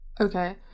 Okay